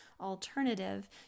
alternative